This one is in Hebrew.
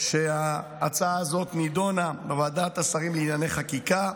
היא שההצעה הזאת נדונה בוועדת השרים לענייני חקיקה,